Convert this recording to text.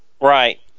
Right